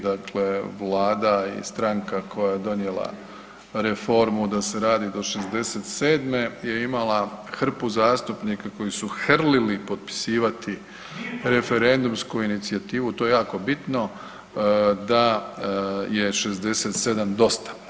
Dakle, Vlada i stranka koja je donijela reformu da se radi do 67 je imala hrpu zastupnika koji su hrlili potpisivati referendumsku inicijativu to je jako bitno da je 67 dosta.